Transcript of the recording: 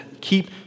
keep